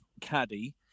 caddy